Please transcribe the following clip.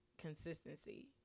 consistency